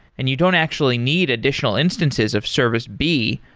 and you don't actually need additional instances of service b,